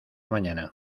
mañana